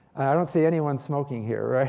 i don't see anyone smoking here, right?